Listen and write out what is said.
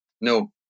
No